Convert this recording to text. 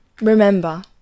Remember